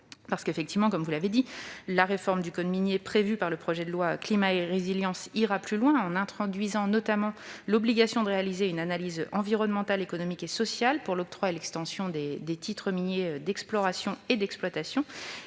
l'exploitation. Comme vous l'avez rappelé, la réforme du code minier prévue par le projet de loi Climat et résilience ira plus loin, en introduisant notamment l'obligation de réaliser une analyse environnementale, économique et sociale pour l'octroi et l'extension des titres miniers d'exploration et d'exploitation.